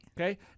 okay